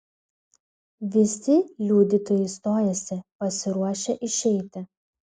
visi liudytojai stojosi pasiruošę išeiti